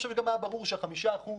היה ברור ש-5%